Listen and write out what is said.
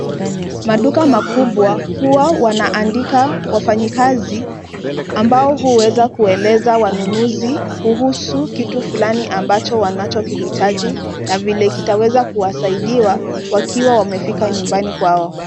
Maduka makubwa huwa wanaandika wafanyakazi, ambao huweza kueleza wanunuzi kuhusu kitu fulani ambacho wanachokihitaji na vile kitaweza kuwasaidia wakiwa wamefika nyumbani kwao.